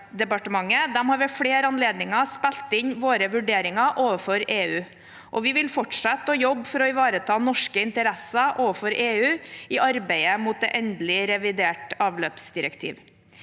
miljødepartementet har ved flere anledninger spilt inn våre vurderinger overfor EU, og vi vil fortsette å jobbe for å ivareta norske interesser overfor EU i arbeidet fram mot endelig revidert avløpsdirektiv.